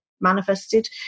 manifested